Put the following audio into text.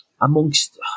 amongst